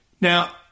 Now